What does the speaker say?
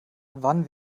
wann